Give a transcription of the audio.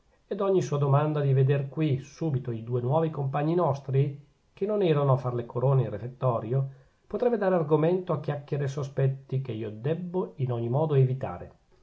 ed ogni sua domanda di veder qui subito i due nuovi compagni nostri che non erano a farle corona in refettorio potrebbe dare argomento a chiacchiere e sospetti che io debbo in ogni modo evitare